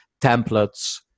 templates